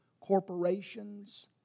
corporations